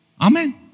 Amen